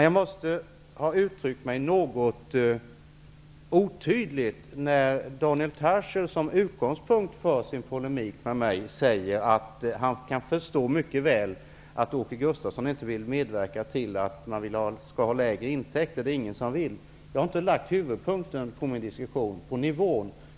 Jag måste ha uttryckt mig något otydligt, eftersom Daniel Tarschys som utgångspunkt för sin polemik med mig sade att han mycket väl kunde förstå att jag inte vill medverka till att man skall få lägre intäkter och att det inte är någon som vill ha det. Jag har i min diskussion inte lagt huvudvikten på nivån.